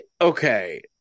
okay